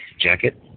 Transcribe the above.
jacket